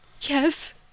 Yes